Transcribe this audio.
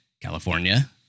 California